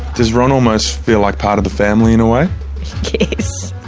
does ron almost feel like part of the family in a way? yes.